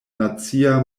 nacia